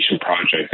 project